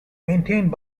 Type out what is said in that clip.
maintained